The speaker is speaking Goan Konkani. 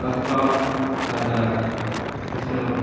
आसपाव जाता दुसरो